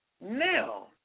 Now